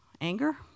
Anger